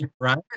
Right